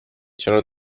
چرا